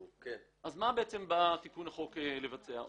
מה בעצם בא החוק לבצע?